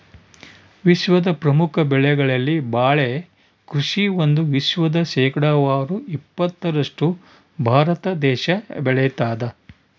ವಿಶ್ವದ ಪ್ರಮುಖ ಬೆಳೆಗಳಲ್ಲಿ ಬಾಳೆ ಕೃಷಿ ಒಂದು ವಿಶ್ವದ ಶೇಕಡಾವಾರು ಇಪ್ಪತ್ತರಷ್ಟು ಭಾರತ ದೇಶ ಬೆಳತಾದ